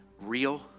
real